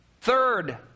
Third